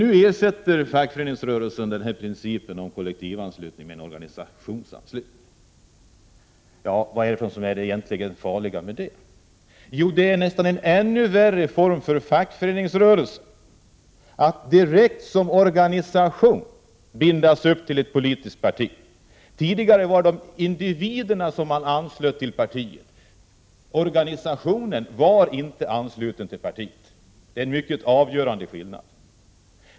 Nu ersätter fackföreningsrörelsen principen om kollektivanslutning med organisationsanslutning. Vad är det då för farligt med det? Jo, det är nästan ännu värre för fackföreningsrörelsen att som organisation direkt bindas upp till politiskt parti. Tidigare anslöts individerna till partiet, medan organisationen inte var ansluten. Det är en avgörande skillnad.